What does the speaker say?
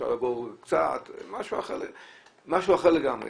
משהו אחר לגמרי.